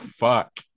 fuck